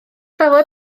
safle